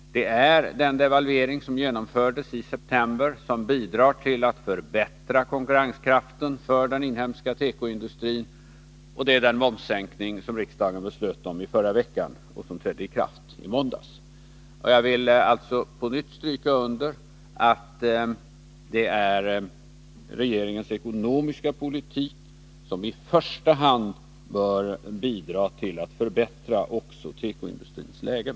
Den devalvering som genomfördes i september bidrar till att förbättra konkurrenskraften för den inhemska tekoindustrin, likaså momssänkningen som riksdagen beslöt om i förra veckan och som trädde i kraft i måndags. Jag vill alltså på nytt stryka under att det är regeringens ekonomiska politik som i första hand bör bidra till att förbättra också tekoindustrins läge.